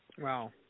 Wow